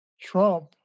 Trump